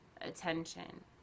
attention